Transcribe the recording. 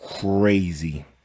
crazy